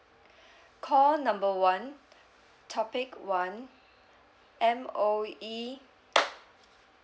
call number one topic one M_O_E